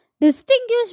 Distinguish